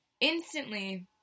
instantly